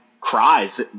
cries